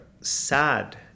sad